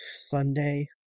Sunday